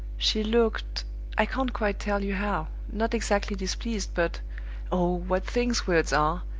she looked i can't quite tell you how not exactly displeased, but oh, what things words are!